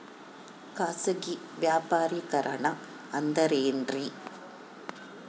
ಖಾಸಗಿ ವ್ಯಾಪಾರಿಕರಣ ಅಂದರೆ ಏನ್ರಿ?